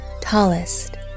tallest